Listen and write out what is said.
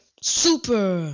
Super